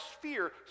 fear